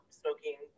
smoking